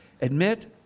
admit